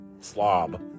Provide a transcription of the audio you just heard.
slob